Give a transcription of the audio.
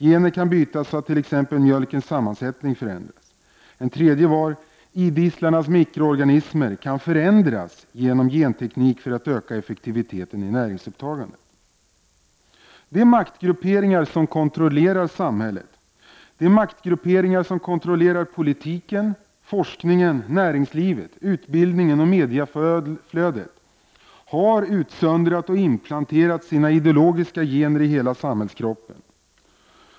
Gener kan bytas så att t.ex. mjölkens sammansättning förändras. En tredje punkt var att idisslarnas mikroorganismer kan förändras genom genteknik för att öka effektiviteten i näringsupptaget. De maktgrupperingar som kontrollerar samhället och de maktgrupperingar som kontrollerar politiken, forskningen, näringslivet, utbildningen och mediaflödet har utsöndrat och inplanterat sina ideologiska gener i hela samhällskroppen.